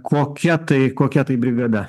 kokia tai kokia tai brigada